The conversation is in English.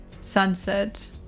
sunset